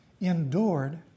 endured